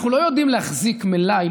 אנחנו לא יודעים להחזיק מלאי,